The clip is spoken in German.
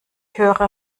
hörte